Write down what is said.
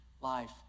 life